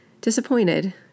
disappointed